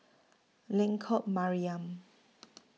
Lengkok Mariam